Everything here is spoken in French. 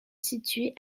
situer